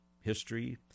history